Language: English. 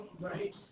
right